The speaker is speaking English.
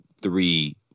three